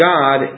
God